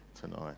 tonight